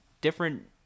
different